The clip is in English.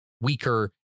weaker